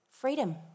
Freedom